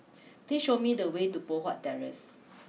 please show me the way to Poh Huat Terrace